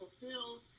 fulfilled